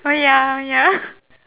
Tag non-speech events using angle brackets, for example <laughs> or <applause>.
oh ya oh ya <laughs>